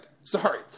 Sorry